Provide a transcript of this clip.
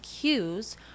cues